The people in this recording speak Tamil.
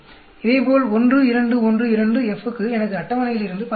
இதேபோல் 1 2 1 2 F க்கு எனக்கு அட்டவணையிலிருந்து 18